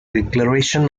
declaration